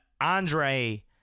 andre